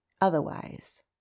otherwise